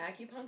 acupuncture